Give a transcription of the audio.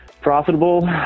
profitable